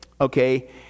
okay